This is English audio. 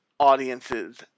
audiences